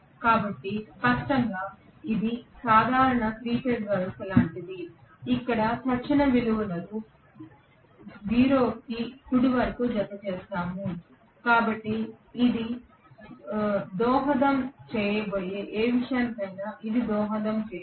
కాబట్టి స్పష్టంగా ఇది సాధారణ 3 ఫేజ్ వ్యవస్థ లాంటిది ఇక్కడ తక్షణ విలువలు 0 కుడి వరకు జతచేస్తాయి కాబట్టి ఇది దోహదం చేయబోయే ఏ విషయానికైనా ఇది దోహదం చేయదు